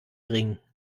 ring